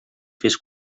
fes